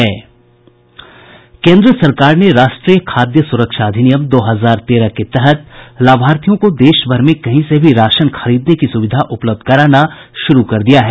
केन्द्र सरकार ने राष्ट्रीय खाद्य सुरक्षा अधिनियम दो हजार तेरह के तहत लाभार्थियों को देशभर में कहीं से भी राशन खरीदने की सुविधा उपलब्ध कराना शुरू कर दिया है